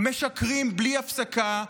משקרים בלי הפסקה,